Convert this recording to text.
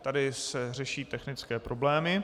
Tady se řeší technické problémy.